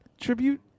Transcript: tribute